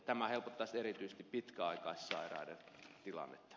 tämä helpottaisi erityisesti pitkäaikaissairaiden tilannetta